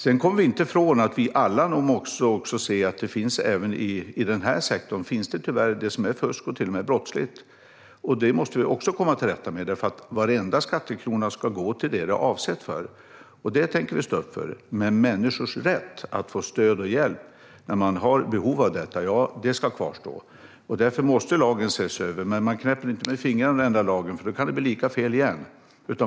Sedan kommer vi inte ifrån att alla måste se att det även i denna sektor tyvärr finns sådant som är fusk och till och med brottsligt. Det måste vi också komma till rätta med, för varenda skattekrona ska gå till det den är avsedd för. Det tänker vi stå upp för. Människors rätt att få stöd och hjälp när man har behov av detta ska kvarstå, och därför måste lagen ses över. Men man knäpper inte med fingrarna och ändrar lagen, för då kan det bli lika fel igen.